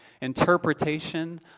interpretation